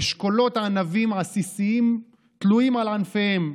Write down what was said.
אשכולות ענבים עסיסיים תלויים על ענפיהם.